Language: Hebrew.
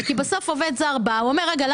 כי בסוף עובד זר בא ואמר: רגע,